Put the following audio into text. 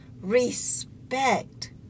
respect